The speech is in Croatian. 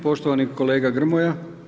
Poštovani kolega Grmoja.